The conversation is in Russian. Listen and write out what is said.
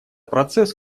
процесс